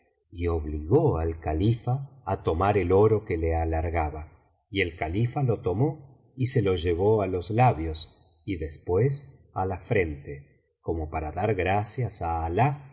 y obligó al califa á tomar el oro que le alargaba y el califa lo tomó y se lo llevó á los labios y después á la frente como para dar gracias a alah